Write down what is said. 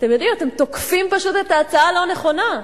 אתם יודעים, אתם תוקפים את ההצעה הלא-נכונה.